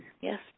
Yes